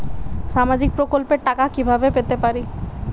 সামাজিক প্রকল্পের টাকা কিভাবে পেতে পারি?